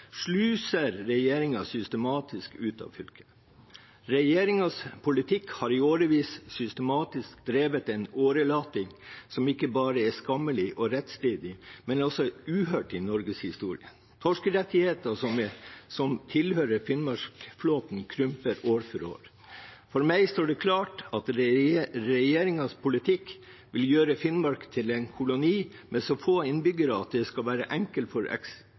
sluser regjeringen systematisk ut av fylket. Regjeringens politikk har i årevis vært en systematisk årelating, som ikke bare er skammelig og rettsstridig, men også uhørt i Norges historie. Torskerettigheter som tilhører finnmarksflåten, krymper år for år. For meg står det klart at regjeringens politikk vil gjøre Finnmark til en koloni med så få innbyggere at det skal være enkelt for